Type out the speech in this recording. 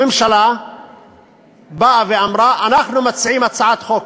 הממשלה באה ואמרה: אנחנו מציעים הצעת חוק,